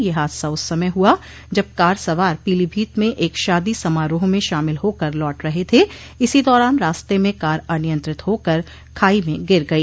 यह हादसा उस समय हुआ जब कार सवार पीलीभीत में एक शादी समारोह में शामिल होकर लौट रहे थे इसी दौरान रास्ते में कार अनियंत्रित होकर खाई में गिर गई